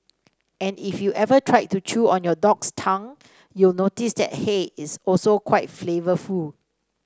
and if you ever tried to chew on your dog's tongue you'll notice that hey is also quite flavourful